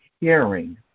hearing